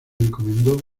encomendó